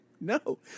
No